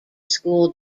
school